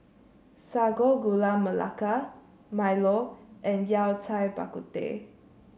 Sago Gula Melaka milo and Yao Cai Bak Kut Teh